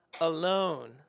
Alone